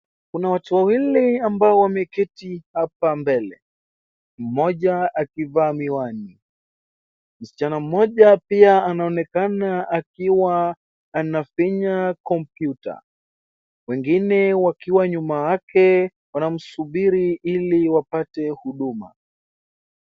Kuna watu wawili ambao wameketi hapa mbele, mmoja akivaa miwani. Msichana mmoja pia anaonekana akiwa anafinya kompyuta. Wengine wakiwa nyuma yake wanamsubiri ili wapate huduma.